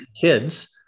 kids